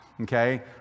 Okay